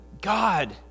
God